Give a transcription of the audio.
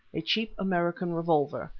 a cheap american revolver,